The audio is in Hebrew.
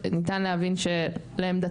ניתן להבין שלעמדתכן,